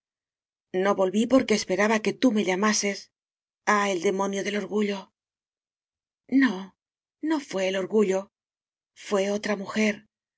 no volví porque esperaba que tú me lla mases ah el demonio del orgullo no no fué el orgullo fué otra mu